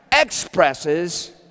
expresses